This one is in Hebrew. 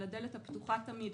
על הדלת הפתוחה תמיד.